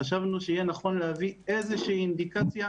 חשבנו שיהיה נכון להביא איזושהי אינדיקציה,